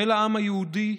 של העם היהודי,